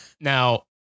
Now